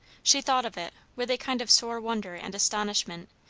she thought of it with a kind of sore wonder and astonishment,